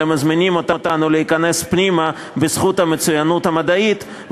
אלא מזמינים אותנו להיכנס פנימה בזכות המצוינות המדעית,